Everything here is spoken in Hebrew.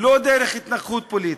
לא דרך התנגחות פוליטית.